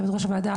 יושבת ראש הוועדה,